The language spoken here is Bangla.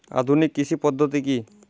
আধুনিক কৃষি পদ্ধতি কী?